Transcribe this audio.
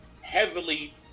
heavily